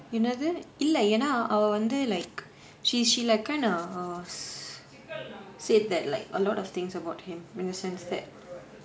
என்னது இல்ல:ennathu illa like she she like kind of err s~ said that like a lot of things about him in the sense that